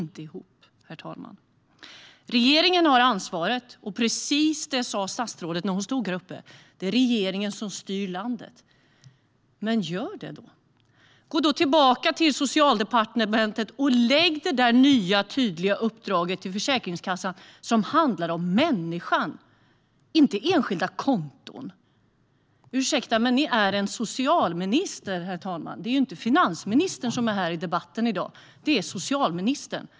Regeringen har ansvaret, och precis det sa statsrådet när hon stod i talarstolen: Det är regeringen som styr landet. Men gör det då! Gå tillbaka till Socialdepartementet och ge ett nytt tydligt uppdrag till Försäkringskassan som handlar om människan - inte enskilda konton! Statsrådet är socialminister, herr talman. Det är ju inte finansministern som deltar i dagens debatt, utan socialministern.